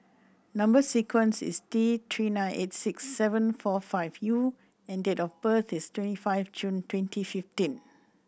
number sequence is T Three nine eight six seven four five U and date of birth is twenty five June twenty fifteen